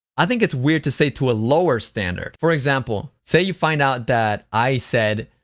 i think it's weird to say to a lower standard. for example, say you find out that i said,